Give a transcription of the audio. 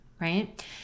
right